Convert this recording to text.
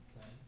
Okay